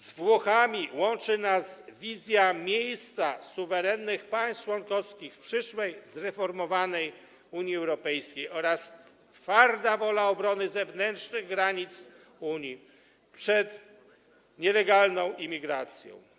Z Włochami łączy nas wizja miejsca suwerennych państw członkowskich w przyszłej zreformowanej Unii Europejskiej oraz twarda wola obrony zewnętrznych granic Unii przed nielegalną imigracją.